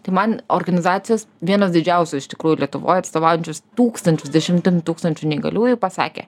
tai man organizacijos vienas didžiausių iš tikrųjų lietuvoj atstovaujančius tūkstančius dešimtim tūkstančių neįgaliųjų pasakė